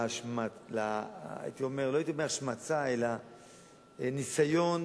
ולא הייתי אומר השמצה אלא הניסיון